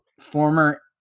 former